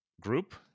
group